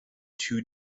two